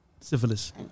syphilis